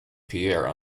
pierre